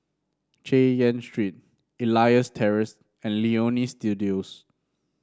Chay Yan Street Elias Terrace and Leonie Studio